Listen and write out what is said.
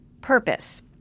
purpose